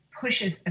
pushes